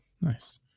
Nice